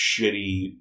shitty